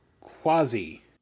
Quasi